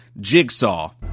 Jigsaw